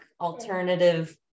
alternative